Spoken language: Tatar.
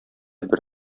бер